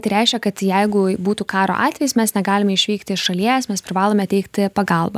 tai reiškia kad jeigu būtų karo atvejis mes negalime išvykti iš šalies mes privalome teikti pagalbą